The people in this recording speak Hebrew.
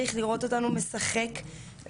הילדים לא צריכים לשחק מול המצלמות.